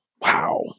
Wow